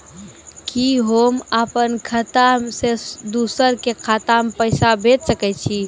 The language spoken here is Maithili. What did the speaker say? कि होम अपन खाता सं दूसर के खाता मे पैसा भेज सकै छी?